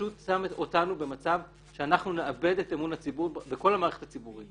פשוט שם אותנו במצב שנאבד את אמון הציבור בכל המערכת הציבורית.